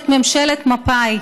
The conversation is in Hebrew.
את ממשלת מפא"י